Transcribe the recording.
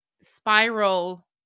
spiral